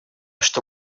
что